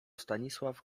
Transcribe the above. stanisław